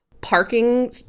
parking